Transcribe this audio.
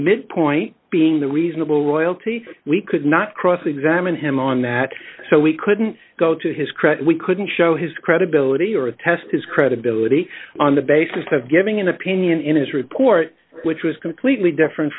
mid point being the reasonable royalty we could not cross examine him on that so we couldn't go to his credit we couldn't show his credibility or test his credibility on the basis of giving an opinion in his report which was completely different